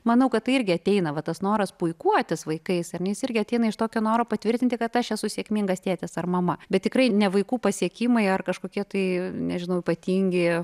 manau kad tai irgi ateina va tas noras puikuotis vaikais ar ne jis irgi ateina iš tokio noro patvirtinti kad aš esu sėkmingas tėtis ar mama bet tikrai ne vaikų pasiekimai ar kažkokie tai nežinau ypatingi